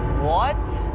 what?